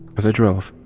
as i drove,